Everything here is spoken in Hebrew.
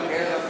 אני מחכה לשר.